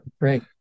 great